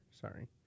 sorry